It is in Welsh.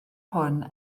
hwn